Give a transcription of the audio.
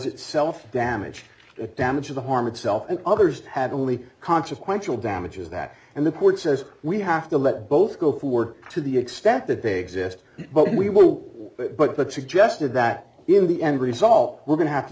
itself damage it damages the harm itself and others have only consequential damages that and the court says we have to let both go forward to the extent that they exist but we will but but but suggest and that in the end result we're going to have to